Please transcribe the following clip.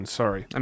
sorry